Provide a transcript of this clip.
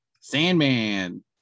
Sandman